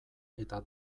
eta